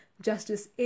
Justice